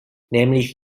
nämlich